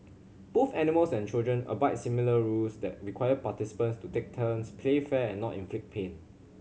both animals and children abide similar rules that require participants to take turns play fair and not inflict pain